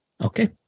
Okay